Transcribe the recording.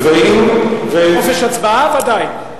בחופש הצבעה, ודאי.